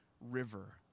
River